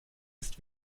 ist